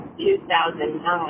2009